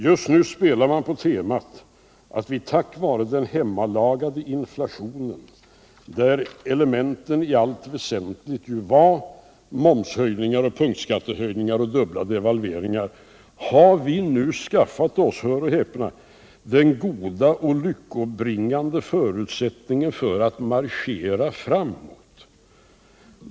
Just nu spelar man på temat att vi tack vare den hemmalagade inflationen, där elementen i allt väsentligt var momshöjningar och punktskattehöjningar och dubbla devalveringar, nu har skaffat oss — hör och häpna — goda och lyckobringande förutsättningar för att marschera framåt!